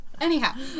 Anyhow